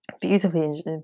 beautifully